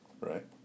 Right